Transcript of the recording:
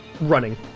running